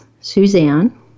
Suzanne